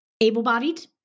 able-bodied